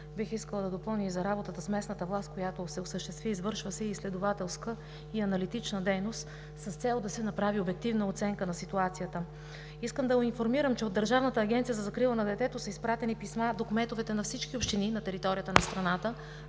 бих искала да допълня и за работата с местната власт, която се осъществи. Извършва се изследователска и аналитична дейност с цел да се направи обективна оценка на ситуацията. Искам да Ви информирам, че във връзка с пандемията от Държавната агенция за закрила на детето са изпратени писма до кметовете на всички общини на територията на страната,